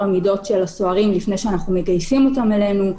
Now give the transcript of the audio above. המידות של הסוהרים לפני שאנחנו מגייסים אותם אלינו.